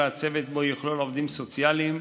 והצוות בו יכלול עובדים סוציאליים,